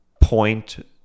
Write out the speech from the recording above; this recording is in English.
point